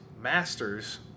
masters